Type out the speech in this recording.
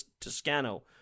Toscano